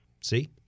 See